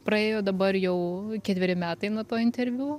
praėjo dabar jau ketveri metai nuo to interviu